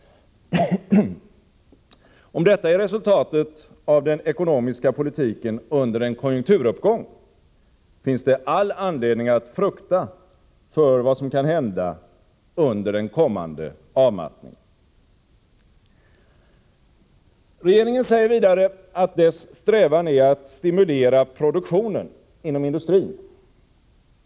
Om detta är resultatet av den ekonomiska politiken under en konjunkturuppgång, finns det all anledning att frukta för vad som kan hända under den kommande avmattningen. Regeringen säger vidare att dess strävan är att stimulera produktionen inom industrin.